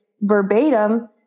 verbatim